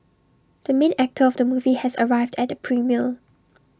the main actor of the movie has arrived at the premiere